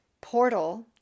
portal